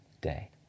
day